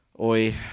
oi